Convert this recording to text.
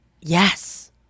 yes